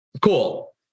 Cool